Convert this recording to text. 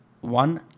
one